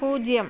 പൂജ്യം